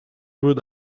would